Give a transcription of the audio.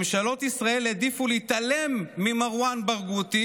ממשלות ישראל העדיפו להתעלם ממרואן ברגותי